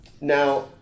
Now